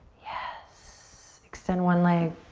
yes. extend one leg